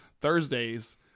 Thursdays